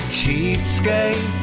cheapskate